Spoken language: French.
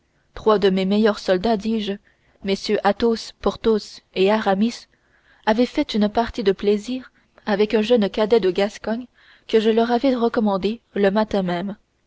trois de mes meilleurs soldats dis-je mm athos porthos et aramis avaient fait une partie de plaisir avec un jeune cadet de gascogne que je leur avais recommandé le matin même